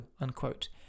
unquote